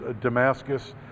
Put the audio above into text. Damascus